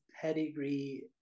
pedigree